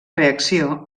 reacció